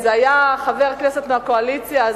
אם זה היה חבר כנסת מהקואליציה,